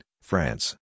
France